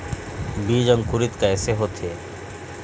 बीज अंकुरित कैसे होथे?